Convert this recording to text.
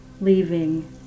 leaving